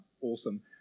awesome